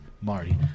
Marty